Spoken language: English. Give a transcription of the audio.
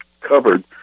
covered